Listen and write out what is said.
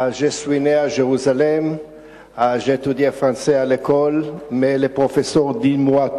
(נושא דברים בשפה הצרפתית, להלן תרגומם לעברית: